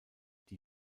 die